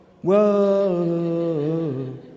Whoa